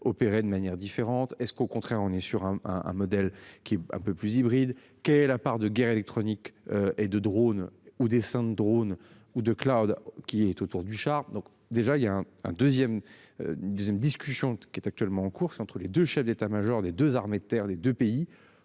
opérer de manière différente, est-ce qu'au contraire on est sur un, un, un modèle qui est un peu plus hybride qu'est la part de guerre électronique et de drone ou drone ou de Claude qui est autour du donc déjà il y a un 2ème. Discussion qui est actuellement en cours, c'est entre les deux chefs d'état major des 2 armées de terre, les deux pays